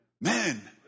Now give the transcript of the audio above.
man